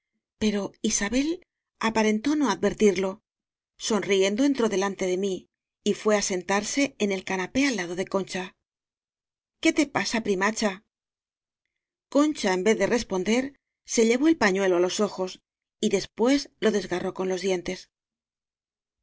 pero isabel aparentó no advertirlo sonriendo entró delante de mí y fue á sentarse en el canapé al lado de concha qué te pasa primacha concha en vez de responder se llevó el pañuelo á los ojos y después lo desgarró con los dientes